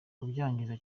kubyangiza